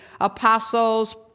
apostles